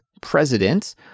president